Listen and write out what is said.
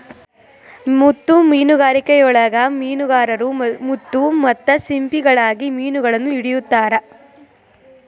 ಮುತ್ತು ಮೇನುಗಾರಿಕೆಯೊಳಗ ಮೇನುಗಾರರು ಮುತ್ತು ಮತ್ತ ಸಿಂಪಿಗಳಿಗಾಗಿ ಮಿನುಗಳನ್ನ ಹಿಡಿತಾರ